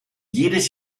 jedes